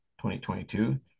2022